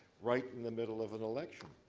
right in the middle of an election.